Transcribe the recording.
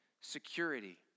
security